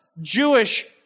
Jewish